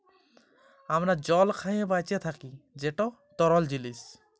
আমরা জল খাঁইয়ে বাঁইচে থ্যাকি যেট তরল জিলিস